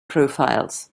profiles